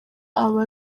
aba